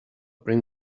bring